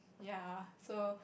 ya so